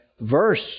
verse